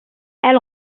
elle